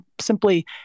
simply